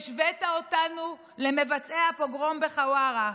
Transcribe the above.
השווית אותנו למבצעי הפוגרום בחווארה,